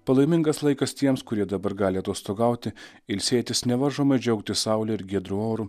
palaimingas laikas tiems kurie dabar gali atostogauti ilsėtis nevaržomai džiaugtis saule ir giedru oru